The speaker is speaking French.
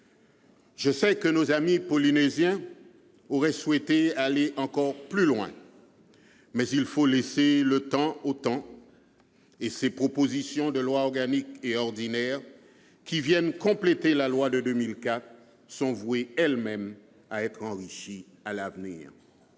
Je sais que nos amis polynésiens auraient souhaité aller encore plus loin, mais il faut laisser du temps au temps. Ces projets de loi organique et ordinaire, qui viennent compléter la loi de 2004, sont voués, eux-mêmes, à être enrichis à l'avenir.